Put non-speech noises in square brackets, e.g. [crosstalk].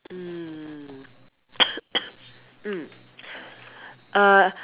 mm [coughs] mm uh